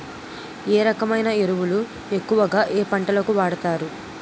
ఏ రకమైన ఎరువులు ఎక్కువుగా ఏ పంటలకు వాడతారు?